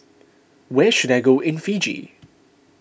where should I go in Fiji